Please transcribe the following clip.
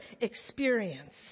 experience